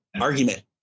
argument